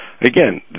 again